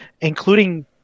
including